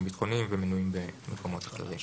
ביטחוניים והם מנויים במקומות אחרים.